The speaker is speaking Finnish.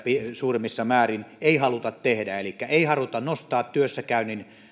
suurimmissa määrin ei haluta nostaa elikkä ei haluta nostaa työssäkäynnin